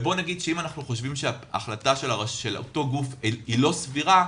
אם אנחנו חושבים שההחלטה של אותו גוף היא לא סבירה,